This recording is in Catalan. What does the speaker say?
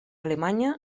alemanya